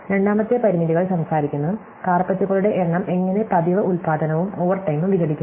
രണ്ടാമത്തെ പരിമിതികൾ സംസാരിക്കുന്നു കാര്പെറ്റുകളുടെ എണ്ണം എങ്ങനെ പതിവ് ഉൽപാദനവും ഓവർടൈമും വിഘടിക്കുന്നു